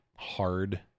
hard